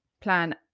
plan